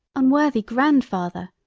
unworthy grandfather!